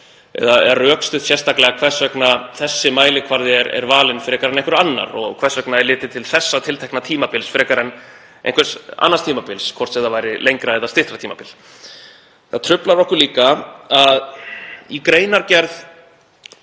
eða það rökstutt sérstaklega hvers vegna þessi mælikvarði er valinn frekar en annar og hvers vegna litið er til þessa tiltekna tímabils frekar en einhvers annars tímabils, hvort sem það væri lengra eða styttra tímabil. Það truflar okkur líka að í greinargerð